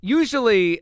usually –